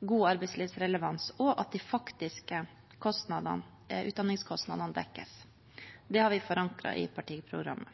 god arbeidslivsrelevans og til at de faktiske utdanningskostnadene dekkes. Det har vi forankret i partiprogrammet.